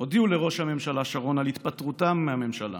הודיעו לראש הממשלה שרון על התפטרותם מהממשלה